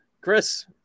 Chris